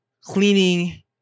cleaning